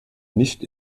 nicht